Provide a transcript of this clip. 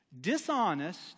dishonest